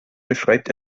beschreibt